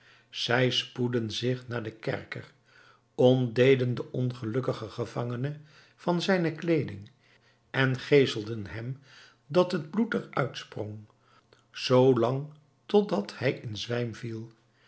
zij spoedden zich naar den kerker ontdeden den ongelukkigen gevangene van zijne kleeding en geeselden hem dat het bloed er uitsprong zoo lang totdat hij in zwijm viel